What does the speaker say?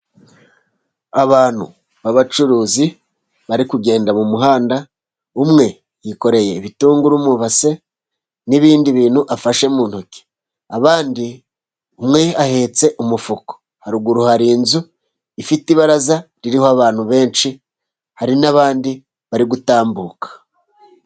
Abantu b'abacuruzi bari kugenda mu muhanda, umwe yikoreye ibitunguru mu ibase, n'ibindi bintu afashe mu ntoki, abandi umwe ahetse umufuka, haruguru hari inzu ifite ibaraza ririho abantu benshi, hari n'abandi bari gutambuka.